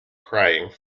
crying